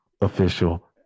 official